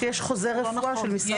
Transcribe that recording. צריך להגיד שיש חוזר רפואה של משרד